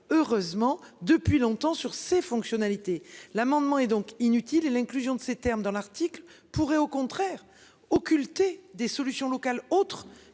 et ce depuis longtemps- fort heureusement. L'amendement est donc inutile. L'inclusion de ces termes dans l'article pourrait au contraire occulter des solutions locales autres,